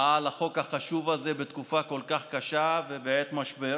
על החוק החשוב הזה בתקופה כל כך קשה ובעת משבר.